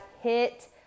hit